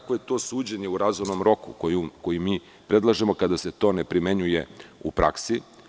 Kakvo je to suđenje u razumnom roku koje mi predlažemo, kada se to ne primenjuje u praksi?